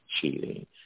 cheating